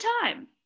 time